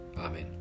Amen